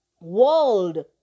World